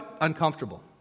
uncomfortable